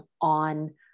on